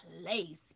place